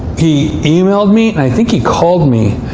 he emailed me, and i think he called me.